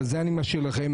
אבל זה אני משאיר לכם.